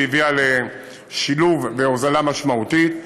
שהביאה לשילוב והוזלה משמעותית.